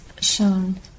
Shown